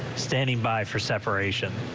standing by for separation.